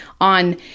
on